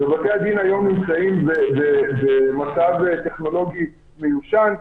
בתי-הדין היום נמצאים במצב טכנולוגי מיושן,